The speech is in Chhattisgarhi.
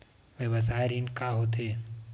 व्यवसाय ऋण का होथे?